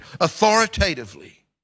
authoritatively